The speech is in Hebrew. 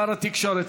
שר התקשורת.